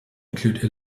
include